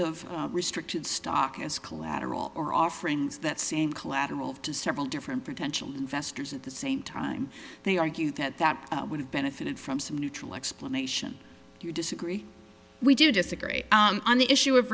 of restricted stock as collateral or offerings that same collateral to several different potential investors at the same time they argue that that would have benefited from some neutral explanation do you disagree we do disagree on the issue of